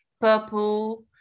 purple